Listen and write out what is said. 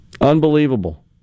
Unbelievable